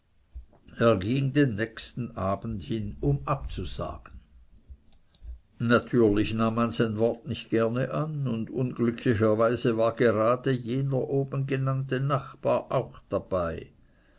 ging den nächsten abend hin um abzusagen natürlich nahm man sein wort nicht gerne an und unglücklicherweise war gerade jener oben genannte nachbar auch dabei